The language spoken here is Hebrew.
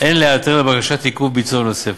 אין להיעתר לבקשת עיכוב ביצוע נוספת.